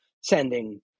sending